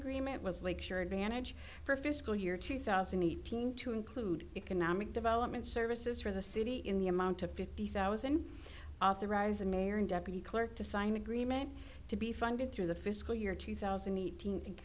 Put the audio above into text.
agreement was lakeshore advantage for fiscal year two thousand and eighteen to include economic development services for the city in the amount of fifty thousand authorized the mayor and deputy clerk to sign an agreement to be funded through the fiscal year two thousand e